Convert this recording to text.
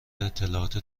اطلاعات